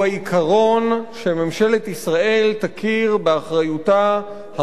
שממשלת ישראל תכיר באחריותה המוסרית,